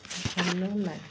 ଭଲଲାଗେ